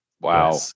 wow